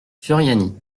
furiani